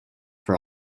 for